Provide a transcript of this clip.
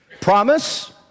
promise